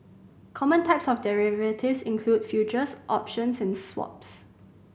common types of derivatives include futures options and swaps